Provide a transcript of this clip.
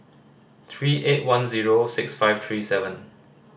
three eight one zero six five three seven